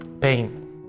pain